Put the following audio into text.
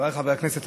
חבריי חברי הכנסת,